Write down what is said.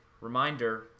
reminder